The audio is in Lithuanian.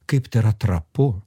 kaip tai yra trapu